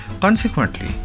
Consequently